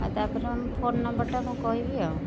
ଆଉ ତା'ପରେ ଫୋନ୍ ନମ୍ବର୍ଟା ମୁଁ କହିବି ଆଉ